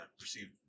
received